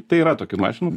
tai yra tokių mašinų